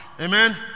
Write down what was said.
Amen